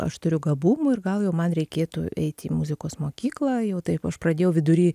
aš turiu gabumų ir gal jau man reikėtų eiti į muzikos mokyklą jau taip aš pradėjau vidury